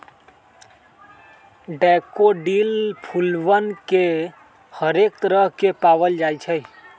daffodil फूलवन के हरेक तरह के पावल जाहई